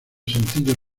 sencillos